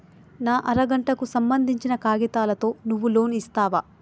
నా అర గంటకు సంబందించిన కాగితాలతో నువ్వు లోన్ ఇస్తవా?